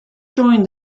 joined